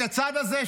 את הצד הזה,